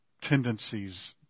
tendencies